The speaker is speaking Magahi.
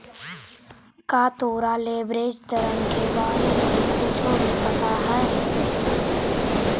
का तोरा लिवरेज ऋण के बारे में कुछो भी पता हवऽ?